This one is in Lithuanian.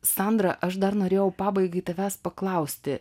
sandra aš dar norėjau pabaigai tavęs paklausti